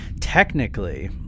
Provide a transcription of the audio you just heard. technically